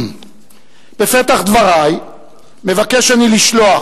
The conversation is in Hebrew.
בפתח דברי מבקש אני לשלוח,